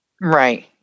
right